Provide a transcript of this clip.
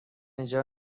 اینجا